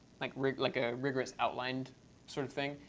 like rigorous like ah rigorous outlined sort of thing.